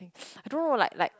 I don't know like like